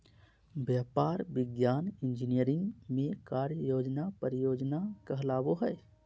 व्यापार, विज्ञान, इंजीनियरिंग में कार्य योजना परियोजना कहलाबो हइ